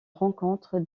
rencontre